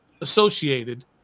associated